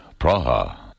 Praha